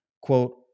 quote